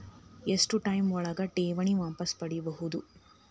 ಎಷ್ಟು ಟೈಮ್ ಒಳಗ ಠೇವಣಿ ವಾಪಸ್ ಪಡಿಬಹುದು?